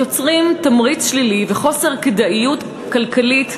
יוצרים תמריץ שלילי וחוסר כדאיות כלכלית להגישן,